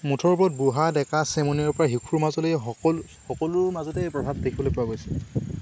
মুঠৰ ওপৰত বুঢা ডেকা চেমনীয়াৰ পৰা শিশুৰ মাজলৈ সকলো সকলোৰে মাজতেই প্ৰভাৱ দেখিব পোৱা গৈছে